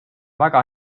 väga